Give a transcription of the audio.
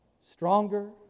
stronger